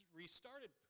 restarted